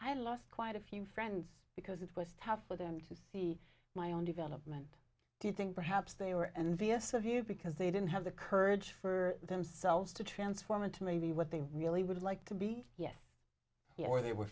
i lost quite a few friends because it was tough for them to see my own development do you think perhaps they were envious of you because they didn't have the courage for themselves to transform into maybe what they really would like to be yes yes or they were